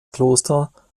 kloster